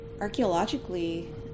archaeologically